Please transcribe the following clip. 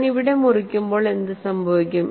ഞാൻ ഇവിടെ മുറിക്കുമ്പോൾ എന്ത് സംഭവിക്കും